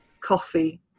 coffee